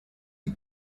you